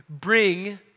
bring